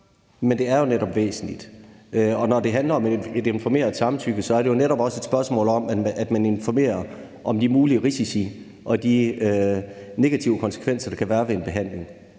Men det er jo netop væsentligt. Og når det handler om et informeret samtykke, er det netop også et spørgsmål om, at man informerer om de mulige risici og de negative konsekvenser, der kan være ved en behandling.